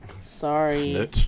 Sorry